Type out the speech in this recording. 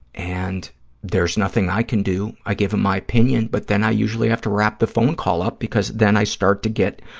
and there's nothing i can do. i give him my opinion, but then i usually have to wrap the phone call up because then i start to get,